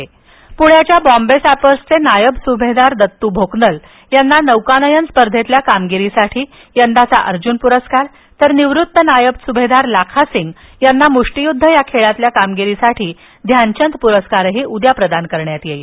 प्ण्याच्या बॉंबे सॅपर्स चे नायब सूभेदार दत्तू भोकनल यांना नौका नयन स्पर्धेतील कामगिरीसाठी यंदाचा अर्जुन प्रस्कार तर निवृत्त नायब सुभेदार लाखा सिंग याना मुष्टियुद्ध या खेळातील कामगिरीसाठी ध्यानचंद पुरस्कारही उद्या प्रदान करण्यात येईल